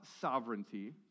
sovereignty